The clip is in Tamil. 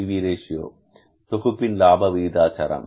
B V ratio PV Ratio தொகுப்பின் லாப விகிதாச்சாரம்